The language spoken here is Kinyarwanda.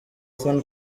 fan